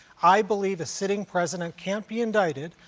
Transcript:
i believe a sitting president can't be indicted.